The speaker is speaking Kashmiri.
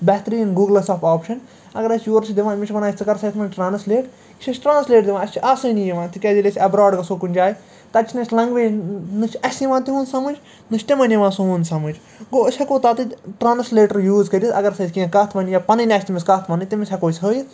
بہتریٖن گوٗگٕلَس اَکھ آپشَن اگر أسۍ یورٕ چھِ دِوان أمِس چھِ وَنان أسۍ ژٕ کَر سا یَتھ منٛز ٹرانَسلیٹ یہِ چھِ اَسہِ ٹرانَسلیٹ دِوان اَسہِ چھِ آسانی یِوان تِکیٛازِ اَگر أسۍ اٮ۪براڈ گژھَو کُنہِ جایہِ تَتہِ چھِنہٕ اَسہِ لَنٛگویج نہٕ چھِ اَسہِ یِوان تِہُنٛد سَمٛجھ نہ چھِ تِمَن یِوان سون سَمٛجھ گوٚو أسۍ ہٮ۪کَو تَتِتھۍ ٹرانَسلیٹَر یوٗز کٔرِتھ اگر سٔہ اَسہِ کیٚنہہ کَتھ وَنہِ یا پَنٕںۍ اَسہِ تٔمِس کَتھ وَنٕںۍ تٔمِس ہٮ۪کَو أسۍ ہٲیِتھ